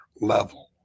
level